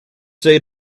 say